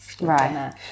Right